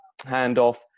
handoff